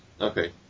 Okay